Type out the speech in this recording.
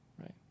right